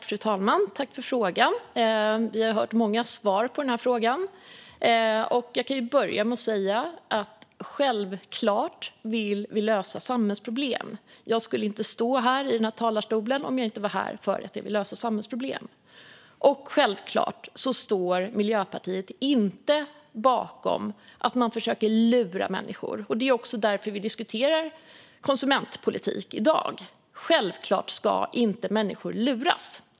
Fru talman! Jag tackar för frågan. Vi har hört många svar på den. Jag kan börja med att säga att vi självfallet vill lösa samhällsproblem. Jag skulle inte stå här i denna talarstol om jag inte var här för att lösa samhällsproblem. Miljöpartiet står självfallet inte bakom att man försöker lura människor, och det är också därför vi diskuterar konsumentpolitik i dag. Självklart ska människor inte luras.